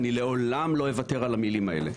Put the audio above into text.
ואני לעולם לא אוותר על המילים האלה,